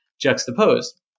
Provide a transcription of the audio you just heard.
juxtaposed